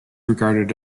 regarded